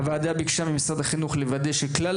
הוועדה ביקשה ממשרד החינוך לוודא שכלל